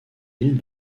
île